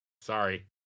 Sorry